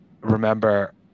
remember